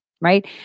right